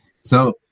So-